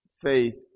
faith